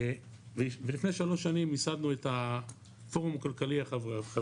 לפני שלוש שנים ייסדנו את הפורום הכלכלי-חברתי